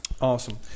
Awesome